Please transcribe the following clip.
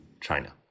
China